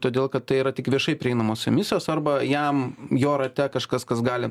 todėl kad tai yra tik viešai prieinamos emisijos arba jam jo rate kažkas kas gali